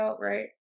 right